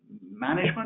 management